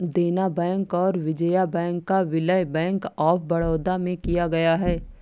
देना बैंक और विजया बैंक का विलय बैंक ऑफ बड़ौदा में किया गया है